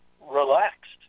relaxed